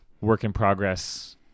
work-in-progress